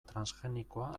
transgenikoa